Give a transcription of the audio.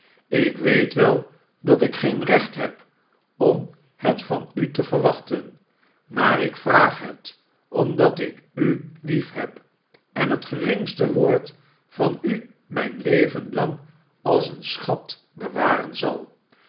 ik weet wel dat ik geen recht heb om het van u te verwachten maar ik vraag het omdat ik u liefheb en het geringste woord van u mijn leven lang als een schat bewaren zal